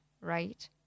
right